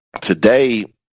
today